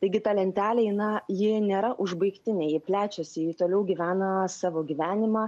taigi ta lentelė ji na ji nėra užbaigtinė ji plečiasi ji toliau gyvena savo gyvenimą